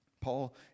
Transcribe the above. Paul